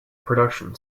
production